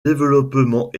développement